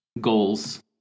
goals